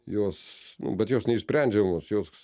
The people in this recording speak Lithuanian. jos nu bet jos neišsprendžiamos jos